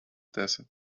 desert